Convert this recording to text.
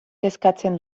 kezkatzen